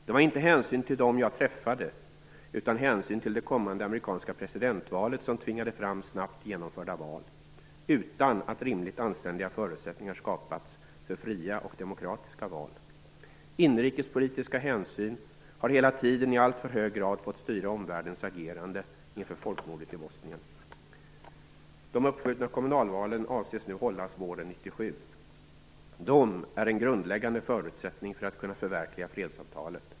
Det var inte hänsyn till dem jag träffade utan hänsyn till det kommande amerikanska presidentvalet som tvingade fram snabbt genomförda val, utan att rimligt anständiga förutsättningar skapats för fria och demokratiska val. Inrikespolitiska hänsyn har hela tiden i alltför hög grad fått styra omvärldens agerande inför folkmordet i Bosnien. De uppskjutna kommunalvalen avses nu komma att hållas våren 1997. De är en grundläggande förutsättning för att man skall kunna förverkliga fredsavtalet.